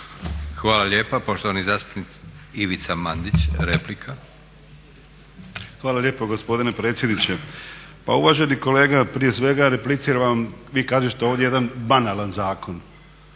Hvala lijepa. Poštovani zastupnik Ivica Mandić, replika. **Mandić, Ivica (HNS)** Hvala lijepo gospodine predsjedniče. Pa uvaženi kolega, prije svega repliciram vam, vi kažete ovdje jedan banalan zakon.